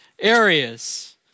areas